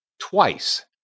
twice